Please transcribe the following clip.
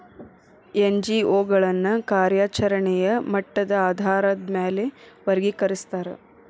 NGO ಗಳನ್ನ ಕಾರ್ಯಚರೆಣೆಯ ಮಟ್ಟದ ಆಧಾರಾದ್ ಮ್ಯಾಲೆ ವರ್ಗಿಕರಸ್ತಾರ